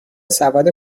سواد